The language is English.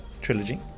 trilogy